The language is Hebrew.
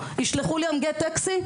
ישלחו לי גט טקסי,